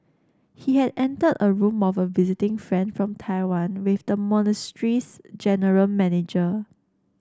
he had entered a room of a visiting friend from Taiwan with the general manager